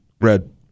red